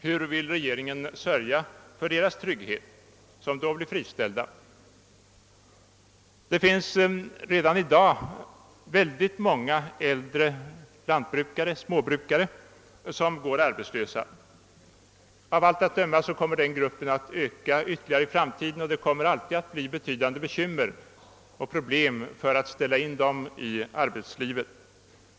Hur vill regeringen sörja för de människornas trygghet som då blir friställda? Redan nu finns det väldigt många äldre småbrukare som går arbetslösa, och av allt att döma kommer den gruppen att öka ytterligare i framtiden. Det kommer att bli ett stort problem att placera in dem i arbetslivet.